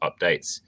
updates